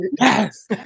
Yes